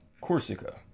Corsica